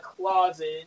closet